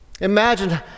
imagine